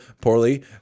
Poorly